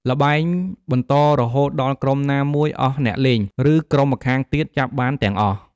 ល្បែងបន្តរហូតដល់ក្រុមណាមួយអស់អ្នកលេង ឬក្រុមម្ខាងទៀតចាប់បានទាំងអស់។